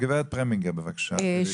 גברתי פרמינגר, בבקשה.